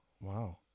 Wow